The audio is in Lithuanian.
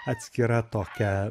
atskira tokia